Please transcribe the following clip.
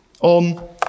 on